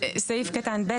סעיף קטן (ב),